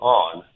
on